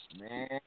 Man